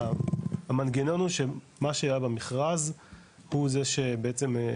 המנגנון הוא שמה שהיה במכרז הוא זה שבעצם,